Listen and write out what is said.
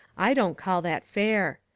i don't call that fair.